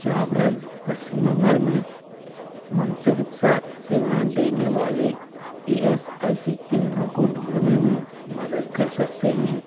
क्या आप पश्चिम बंगाल में मनोचिकित्सा सेवाएँ देने वाले ई एस आई सी केंद्रों को ढूँढने में मदद कर सकते हैं